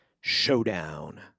showdown